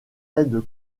aides